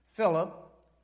Philip